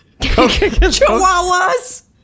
Chihuahuas